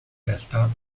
realtà